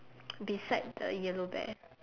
beside the yellow bear